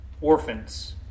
orphans